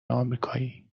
آمریکایی